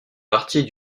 partie